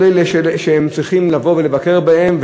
כל אלה שהם צריכים לבוא ולבקר בהם,